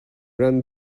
ran